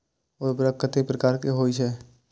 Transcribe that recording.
उर्वरक कतेक प्रकार के होई छै?